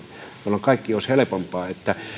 jolloin kaikki olisi helpompaa että